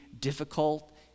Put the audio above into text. difficult